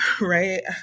right